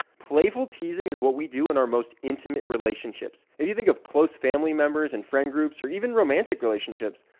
playful teasing is what we do in our most intimate relationships. if you think of close family members and friend groups or even romantic relationships,